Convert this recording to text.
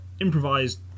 improvised